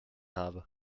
habe